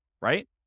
right